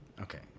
Okay